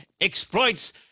exploits